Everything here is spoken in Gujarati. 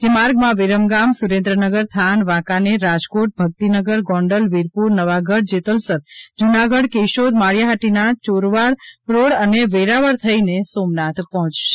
જે માર્ગમાં વિરમગામ સુરેન્દ્રનગર થાન વાંકાનેર રાજકોટ ભક્તિનગર ગોંડલ વિરપુર નવાગઢ જેતલસર જુનાગઢ કેશોદ માળીયા હાટીના ચોરવાડ રોડ અને વેરાવળ થઈને સોમનાથ પહોંચશે